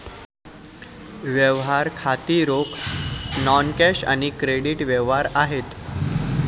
व्यवहार खाती रोख, नॉन कॅश आणि क्रेडिट व्यवहार आहेत